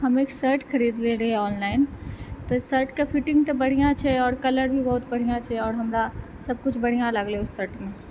हम एक शर्ट खरीदले रहिए ऑनलाइन तऽ शर्टके फिटिङ्ग तऽ बढ़िआँ छै आओर कलर भी बहुत बढ़िआँ छै आओर हमरा सबकुछ बढ़िआँ लागलै ओ शर्टमे